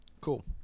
Cool